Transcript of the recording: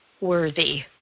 worthy